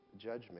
judgment